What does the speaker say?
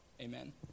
amen